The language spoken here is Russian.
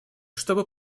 чтобы